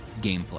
gameplay